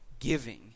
Giving